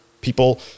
people